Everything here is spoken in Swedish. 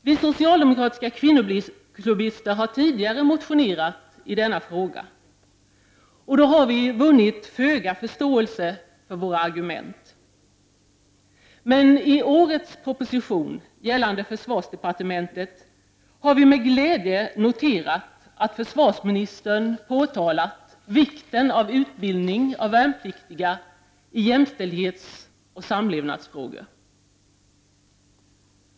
Vi socialdemokratiska kvinnoklubbister har tidigare motionerat i denna fråga. Då har vi vunnit föga förståelse för våra argument. I årets proposition gällande försvarsdepartementet har vi med glädje noterat att försvarsministern påpekat vikten av utbildning av värnpliktiga i jämställdhetsoch samlevnadsfrågor.